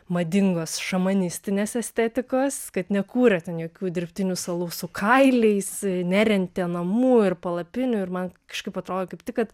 madingos šamanistinės estetikos kad nekūrė ten jokių dirbtinių salų su kailiais nerentė namų ir palapinių ir man kažkaip atrodo kaip tik kad